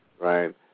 right